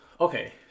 Okay